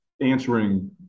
answering